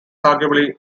arguably